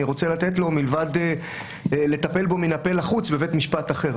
רוצה לתת לו מלבד לטפל בו מן הפה לחוץ בבית משפט אחר,